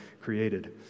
created